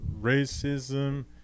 Racism